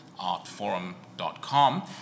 artforum.com